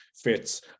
fits